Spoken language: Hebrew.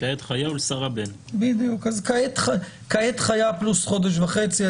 "כעת חיה ולשרה בן." אז כעת חיה פלוס חודש וחצי.